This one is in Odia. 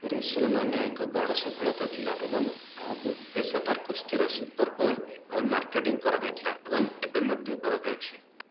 ରେସଲ୍ମାନିଆ ଏକ ବଡ଼ ସଫଳତା ଥିଲା ଏବଂ ଏହାକୁ ପେସାଦାର କୁସ୍ତିର ସୁପର୍ ବୋଲ୍ ଭାବେ ମାର୍କେଟିଙ୍ଗ କରାଯାଇଥିଲା ଏବଂ ଏବେ ମଧ୍ୟ କରାଯାଉଛି